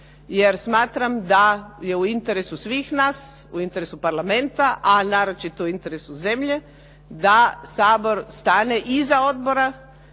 jer smatram da je u interesu svih nas, u interesu parlamenta, a naročito u interesu zemlje da Sabor stane iza odbora